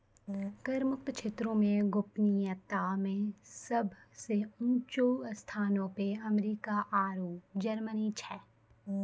कर मुक्त क्षेत्रो मे गोपनीयता मे सभ से ऊंचो स्थानो पे अमेरिका आरु जर्मनी छै